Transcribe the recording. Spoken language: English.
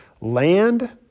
land